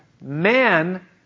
man